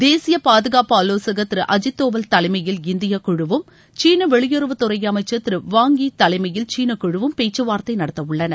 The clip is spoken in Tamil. தேசிய பாதுகாப்பு ஆவோசகர் திரு அஜித் தோவல் தலைமையில் இந்திய குழுவும் சீன வெளியுறவுத் துறை அமைச்சர் திரு வாய் இ தலைமையில் சீன குழுவும் பேச்சுவார்த்தை நடத்தவுள்ளனர்